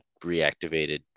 reactivated